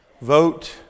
Vote